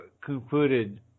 concluded